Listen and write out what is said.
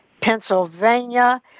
Pennsylvania